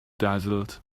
dazzled